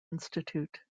institute